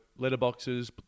letterboxes